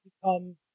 become